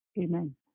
amen